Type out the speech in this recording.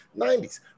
90s